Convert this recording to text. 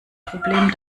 problem